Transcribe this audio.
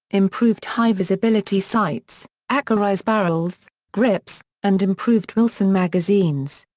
improved high-visibility sights, accurized barrels, grips, and improved wilson magazines.